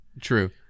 True